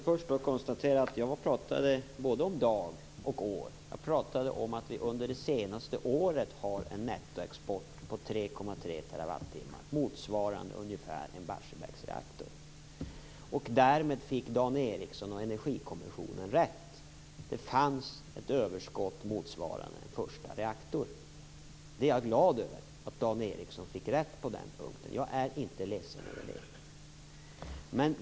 Fru talman! Jag pratade om både dag och år. Jag pratade om att vi under det senaste året hade en nettoexport på 3,3 TWh, motsvarande ungefär en Barsebäcksreaktor. Därmed fick Dan Ericsson och Energikommissionen rätt. Det fanns ett överskott motsvarande en första reaktor. Jag är glad för att Dan Ericsson fick rätt på den punkten. Jag är inte ledsen för det.